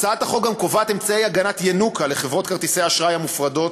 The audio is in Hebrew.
הצעת החוק גם קובעת אמצעי הגנת ינוקא לחברות כרטיסי האשראי המופרדות,